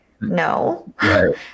no